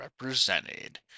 represented